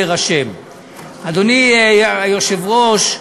אדוני היושב-ראש,